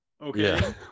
okay